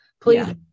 Please